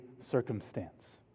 circumstance